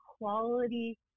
quality